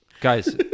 Guys